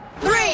three